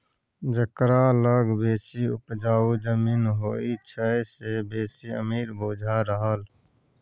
जकरा लग बेसी उपजाउ जमीन होइ छै से बेसी अमीर बुझा रहल